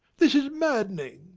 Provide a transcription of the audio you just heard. this is maddening!